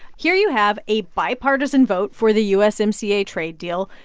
here you have a bipartisan vote for the usmca trade deal,